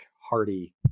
hardy